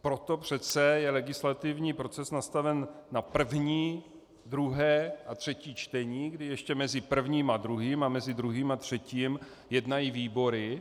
Proto přece je legislativní proces nastaven na první, druhé a třetí čtení, kdy ještě mezi prvním a druhým a mezi druhým a třetím jednají výbory.